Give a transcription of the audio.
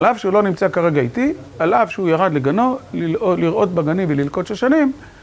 על אף שהוא לא נמצא כרגע איתי, על אף שהוא ירד לגנו לרעות בגנים וללקט שושנים